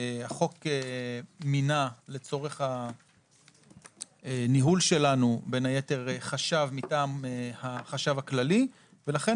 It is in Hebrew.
החוק מינה לצורך הניהול שלנו בין היתר חשב מטעם החשב הכללי ולכן